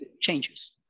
changes